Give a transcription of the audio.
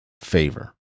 favor